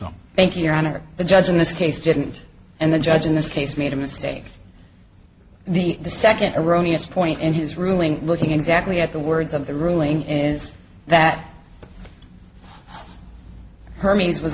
so thank you your honor the judge in this case didn't and the judge in this case made a mistake the the second iranian's point in his ruling looking exactly at the words of the ruling is that hermes was